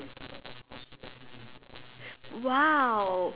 !wow!